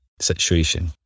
situation